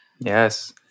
Yes